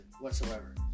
whatsoever